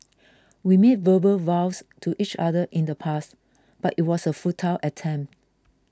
we made verbal vows to each other in the past but it was a futile attempt